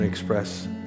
express